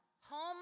home